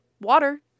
water